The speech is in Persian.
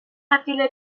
تبدیل